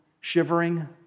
shivering